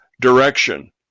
direction